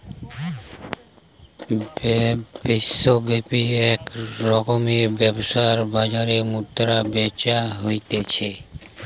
বিশ্বব্যাপী এক রকমের ব্যবসার বাজার মুদ্রা বেচা হতিছে